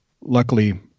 luckily